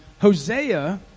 Hosea